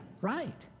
right